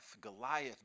Goliath